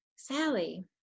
Sally